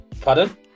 Pardon